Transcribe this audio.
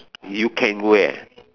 you can wear